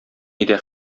нидә